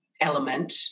element